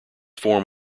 form